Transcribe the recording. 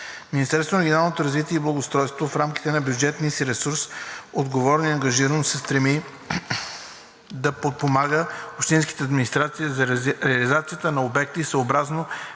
Министерството на регионалното развитие и благоустройството в рамките на бюджетния си ресурс отговорно и ангажирано се стреми да подпомага общинските администрации за реализацията на обекти съобразно